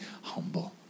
humble